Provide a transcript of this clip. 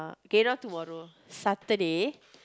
okay not tomorrow Saturday